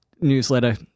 newsletter